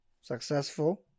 successful